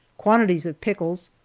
quantities of pickles,